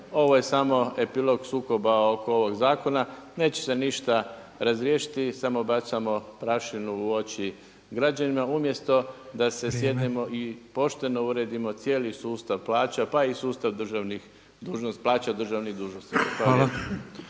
ovo je samo epilog sukoba oko ovog zakona. Neće se ništa razriješiti samo bacamo prašinu u oči građanima umjesto da se sjednemo i pošteno uredimo cijeli sustav plaća, pa i sustav državnih, plaća